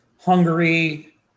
Hungary